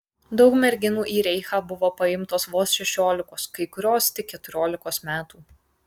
daug merginų į reichą buvo paimtos vos šešiolikos kai kurios tik keturiolikos metų